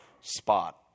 spot